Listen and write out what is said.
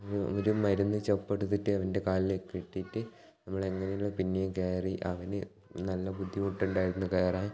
ഒരു മരുന്ന് ചപ്പെടുത്തിട്ട് അവൻ്റെ കാലില് കെട്ടിയിട്ട് നമ്മള് എങ്ങനേയും പിന്നേയും കയറി അവനു നല്ല ബുദ്ധിമുട്ടുണ്ടായിരുന്നു കയറാൻ